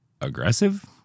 aggressive